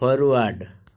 forward